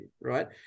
right